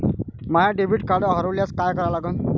माय debit card हरोल्यास काय करा लागन?